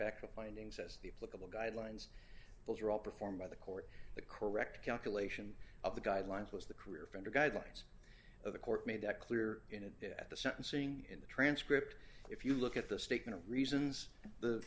to findings as the political guidelines those are all performed by the court the correct calculation of the guidelines was the career from the guidelines of the court made that clear in at the sentencing in the transcript if you look at the statement of reasons the